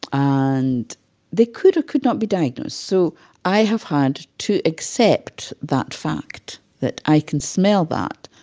ah and they could or could not be diagnosed. so i have had to accept that fact that i can smell that,